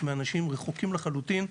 מאנשים רחוקים לחלוטין,